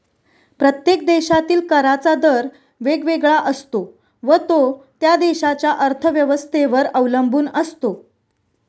प्रत्येक देशातील कराचा दर वेगवेगळा असतो व तो त्या देशाच्या अर्थव्यवस्थेवर अवलंबून असतो